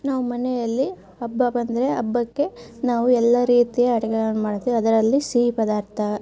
ನಾವು ಮನೆಯಲ್ಲಿ ಹಬ್ಬ ಬಂದರೆ ಹಬ್ಬಕ್ಕೆ ನಾವು ಎಲ್ಲ ರೀತಿಯ ಅಡುಗೆಗಳನ್ನ ಮಾಡ್ತೇವೆ ಅದರಲ್ಲಿ ಸಿಹಿ ಪದಾರ್ಥ